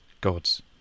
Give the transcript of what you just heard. gods